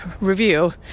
review